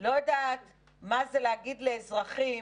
לא יודעת מה זה להגיד לאזרחים,